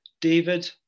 David